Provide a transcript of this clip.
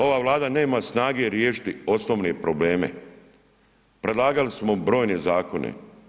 Ova Vlada nema snage riješiti osnovne probleme, predlagali smo brojne zakone.